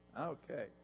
Okay